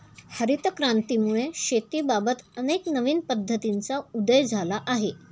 हरित क्रांतीमुळे शेतीबाबत अनेक नवीन पद्धतींचा उदय झाला आहे